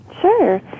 Sure